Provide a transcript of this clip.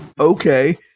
Okay